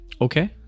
Okay